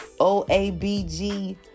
OABG